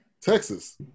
Texas